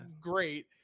great